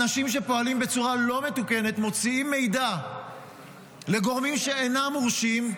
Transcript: אנשים שפועלים בצורה לא מתוקנת ומוציאים מידע לגורמים שאינם מורשים,